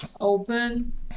open